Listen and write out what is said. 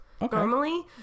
normally